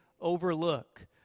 overlook